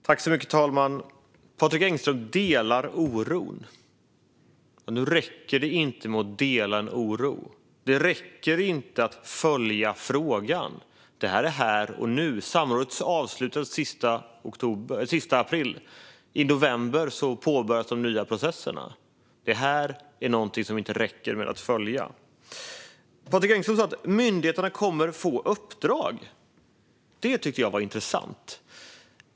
Fru talman! Patrik Engström delar oron. Men det räcker inte att dela oron eller följa frågan. Det här sker här och nu. Samrådet avslutades den 30 april. I november kommer de nya processerna att påbörjas. Det räcker alltså inte bara att följa frågan. Patrik Engström sa att myndigheterna kommer att få uppdrag. Det var intressant.